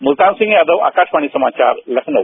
मुल्तान सिंह यादव आकाशवाणी समाचार लखनऊ